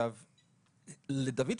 דוד פתאל,